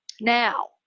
Now